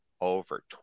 over